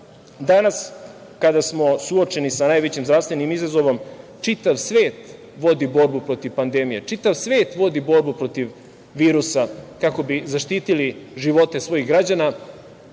Danas, kada smo suočeni sa najvećim zdravstvenim izazovom, čitam svet vodi borbu protiv pandemije, čitav svet vodi borbu protiv virusa, kako bi zaštitili živote svojih građana,